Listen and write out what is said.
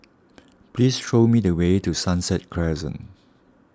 please show me the way to Sunset Crescent